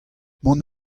mont